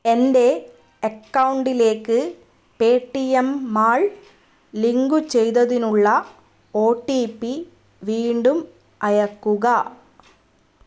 എൻ്റെ അക്കൗണ്ടിലേക്ക് Paytm mall link ചെയ്തതിനുള്ള ഒ ടി പി വീണ്ടും അയയ്ക്കുക